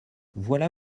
voilà